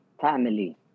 family